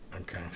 Okay